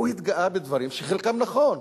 הוא התגאה בדברים שחלקם נכון.